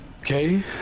Okay